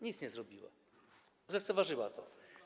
Nic nie zrobiła, zlekceważyła to.